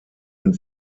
den